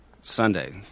Sunday